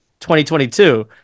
2022